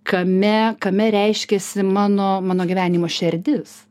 kame kame reiškiasi mano mano gyvenimo šerdis